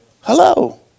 Hello